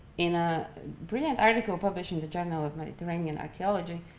in a brilliant article published in the journal of mediterranean archaeology,